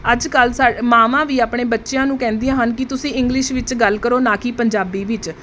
ਅੱਜ ਕੱਲ੍ਹ ਸਾ ਮਾਵਾਂ ਵੀ ਆਪਣੇ ਬੱਚਿਆਂ ਨੂੰ ਕਹਿੰਦੀਆਂ ਹਨ ਕਿ ਤੁਸੀਂ ਇੰਗਲਿਸ਼ ਵਿੱਚ ਗੱਲ ਕਰੋ ਨਾ ਕਿ ਪੰਜਾਬੀ ਵਿੱਚ